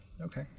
Okay